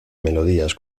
melodías